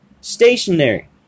Stationary